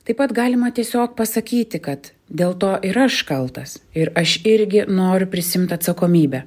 taip pat galima tiesiog pasakyti kad dėl to ir aš kaltas ir aš irgi noriu prisiimt atsakomybę